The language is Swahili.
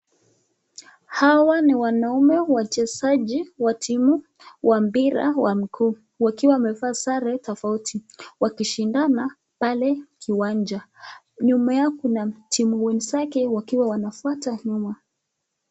Hawa ni wanaume wachezaji wa timu wa mpira wa mguu wakiwa wamevaa sare tofauti wakishindana pale kiwanja. Nyuma yao kuna timu wenzake wakiwa wanafuata nyuma.